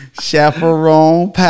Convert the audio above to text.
Chaperone